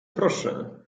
proszę